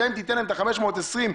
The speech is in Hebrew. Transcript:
גם אם תיתן להם את ה-520 שקלים,